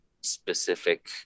specific